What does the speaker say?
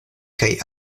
kaj